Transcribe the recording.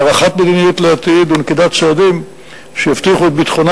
הערכת מדיניות לעתיד ונקיטת צעדים שיבטיחו את ביטחונה